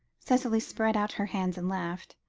cicely spread out her hands, and laughed.